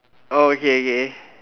oh okay okay